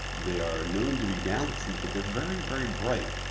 they are known to be galaxies, but they're very very bright.